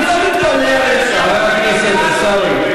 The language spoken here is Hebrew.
לך שב בפינת המושחתים.